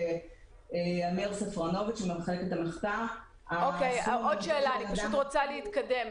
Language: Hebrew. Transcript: הסכום הממוצע שאדם מושך --- אני רוצה להתקדם.